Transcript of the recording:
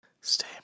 Stay